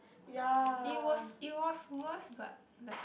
it was it was worse but like